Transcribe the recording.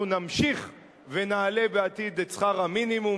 אנחנו נמשיך ונעלה בעתיד את שכר המינימום,